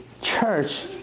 Church